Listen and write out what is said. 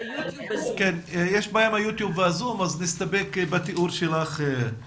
כן, יש בעיה ביוטיוב והזום אז נסתפק בתיאור שלך.